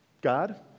god